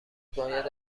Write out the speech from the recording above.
باید